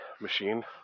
machine